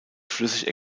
flüssig